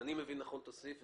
אני מבין נכון את הסעיף,